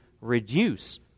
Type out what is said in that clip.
reduce